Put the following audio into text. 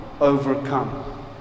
overcome